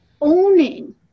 owning